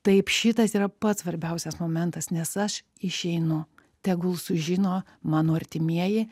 taip šitas yra pats svarbiausias momentas nes aš išeinu tegul sužino mano artimieji